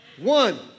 One